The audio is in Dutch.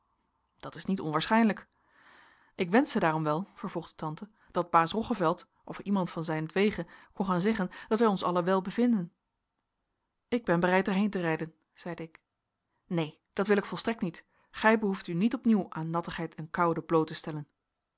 dat is niet onwaarschijnlijk ik wenschte daarom wel vervolgde tante dat baas roggeveld of iemand van zijnentwege kon gaan zeggen dat wij ons allen wel bevinden ik ben bereid er heen te rijden zeide ik neen dat wil ik volstrekt niet gij behoeft u niet op nieuw aan nattigheid en koude bloot te stellen